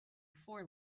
for